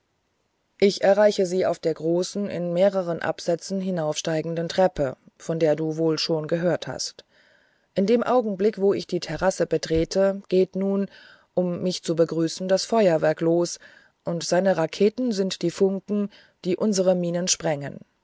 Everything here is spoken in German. ich erreiche sie auf der großen in mehreren absätzen hinaufsteigenden treppe von der du wohl schon gehört hast in dem augenblick wo ich die terrasse betrete geht nun um mich zu begrüßen das feuerwerk los und seine raketen sind die funken die unsere minen sprengen